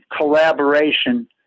collaboration